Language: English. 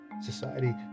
society